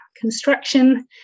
construction